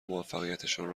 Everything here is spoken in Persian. موفقیتشان